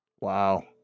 Wow